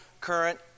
current